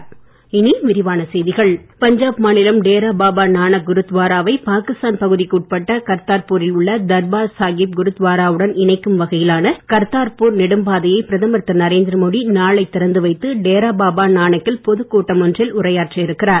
மாநிலம் பஞ்சாப் டேரா பாபா நானக் குருத்வாராவைபாகிஸ்தான் பகுதிக்கு உட்பட்ட கர்த்தார்பூரில் உள்ள தர்பார் சாகிப் குருத்வாராவுடன் இணைக்கும் வகையிலான கர்த்தார்பூர் நெடும் பாதையை பிரதமர் திரு நரேந்திரமோடி நாளை திறந்து வைத்து டேரா பாபா நானக்கில் பொதுக் கூட்டம் ஒன்றில் உரையாற்ற இருக்கிறார்